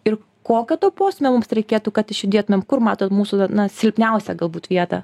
ir kokio to posūmio mums reikėtų kad išjudėtumėm kur matot mūsų na silpniausią galbūt vietą